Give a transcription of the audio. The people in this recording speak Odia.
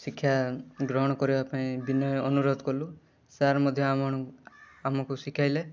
ଶିକ୍ଷାଗ୍ରହଣ କରିବା ପାଇଁ ବିନୟ ଅନୁରୋଧ କଲୁ ସାର୍ ମଧ୍ୟ ଆମଣ ଆମକୁ ଶିଖାଇଲେ